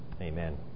Amen